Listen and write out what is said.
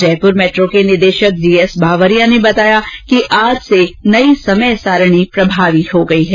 Jaipur metro के निदेशक GS Bhawariya ने बताया कि आज से नई समय सारिणी प्रभावी हो गई है